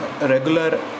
regular